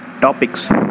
topics